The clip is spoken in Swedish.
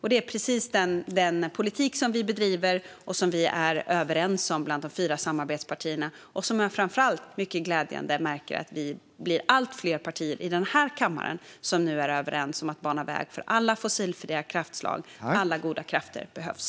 Detta är precis den politik som vi bedriver och som vi är överens om bland de fyra samarbetspartierna. Framför allt märker jag att vi blir allt fler partier i den här kammaren som är överens om att bana väg för alla fossilfria kraftslag. Det är mycket glädjande. Alla goda krafter behövs.